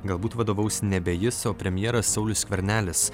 galbūt vadovaus nebe jis o premjeras saulius skvernelis